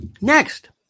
Next